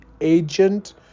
agent